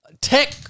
tech